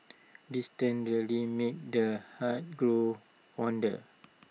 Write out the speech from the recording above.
distance really made the heart grow fonder